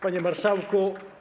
Panie Marszałku!